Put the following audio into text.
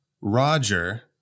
Roger